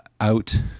out